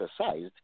exercised